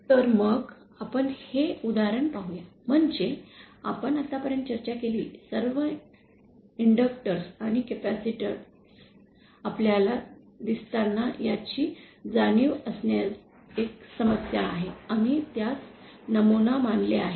तर मग आपण हे उदाहरण पाहू या म्हणजे आपण आतापर्यंत चर्चा केलेले सर्व इंडक्टर्स आणि कॅपेसिटर आपल्याला दिसतात याची जाणीव करण्यात एक समस्या आम्ही त्यास नमुना मानले आहे